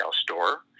store